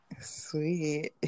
Sweet